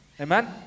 Amen